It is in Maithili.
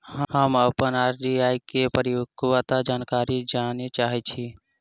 हम अप्पन आर.डी केँ परिपक्वता जानकारी जानऽ चाहै छी